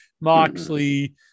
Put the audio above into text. Moxley